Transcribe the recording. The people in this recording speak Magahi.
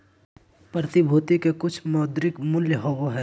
प्रतिभूति के कुछ मौद्रिक मूल्य होबो हइ